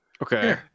Okay